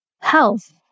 health